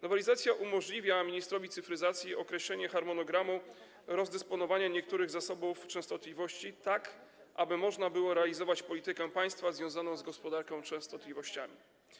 Nowelizacja umożliwia ministrowi cyfryzacji określenie takiego harmonogramu rozdysponowania niektórych zasobów częstotliwości, aby można było realizować politykę państwa związaną z gospodarką częstotliwościami.